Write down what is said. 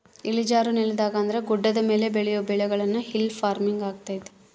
ಇಳಿಜಾರು ನೆಲದಾಗ ಅಂದ್ರ ಗುಡ್ಡದ ಮೇಲೆ ಬೆಳಿಯೊ ಬೆಳೆಗುಳ್ನ ಹಿಲ್ ಪಾರ್ಮಿಂಗ್ ಆಗ್ಯತೆ